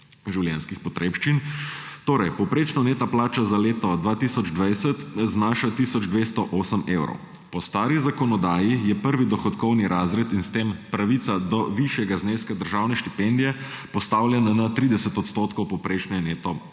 življenjskih potrebščin. Povprečna neto plača za leto 2020 znaša tisoč 208 evrov, po stari zakonodaji je prvi dohodkovni razred in s tem pravica do višjega zneska državne štipendije postavljen na 30 % povprečne neto